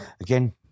Again